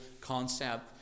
concept